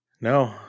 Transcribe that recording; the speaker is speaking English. No